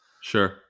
Sure